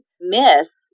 miss